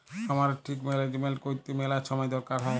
খামারের ঠিক ম্যালেজমেল্ট ক্যইরতে ম্যালা ছময় দরকার হ্যয়